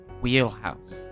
wheelhouse